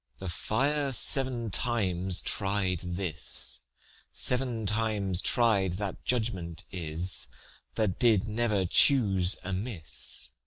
the fire seven times tried this seven times tried that judgment is that did never choose amiss.